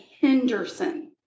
Henderson